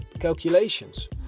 calculations